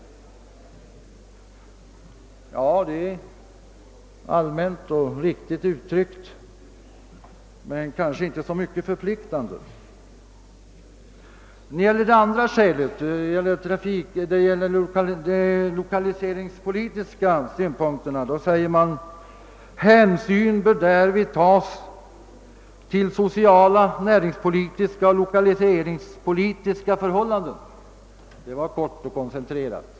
Ja, det är allmänt och riktigt uttryckt men kanske inte så förpliktande. För det andra sägs i utskottsutlåtan det vad gäller de lokaliseringspolitiska synpunkterna, att hänsyn därvid bör tas »till sociala, näringspolitiska och lokaliseringspolitiska förhållanden». Det är kort och koncentrerat.